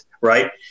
right